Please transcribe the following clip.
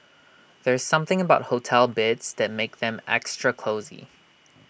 there's something about hotel beds that makes them extra cosy